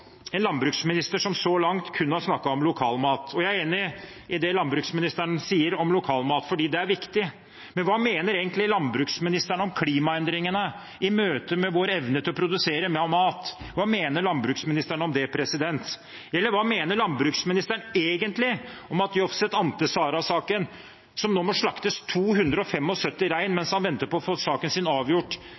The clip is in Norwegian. en landbruksminister som så langt kun har snakket om lokal mat. Jeg er enig i det landbruksministeren sier om lokalmat, for det er viktig, men hva mener egentlig landbruksministeren om klimaendringene i møte med vår evne til å produsere mat? Hva mener landbruksministeren om det? Eller hva mener landbruksministeren egentlig om at Jovsset Ánte Sara må slakte 275 rein mens han venter på å få saken sin avgjort